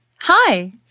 hi